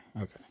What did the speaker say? okay